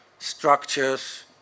structures